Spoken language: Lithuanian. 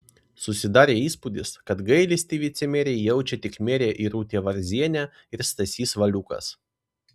susidarė įspūdis kad gailestį vicemerei jaučia tik merė irutė varzienė ir stasys valiukas